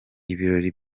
ibirori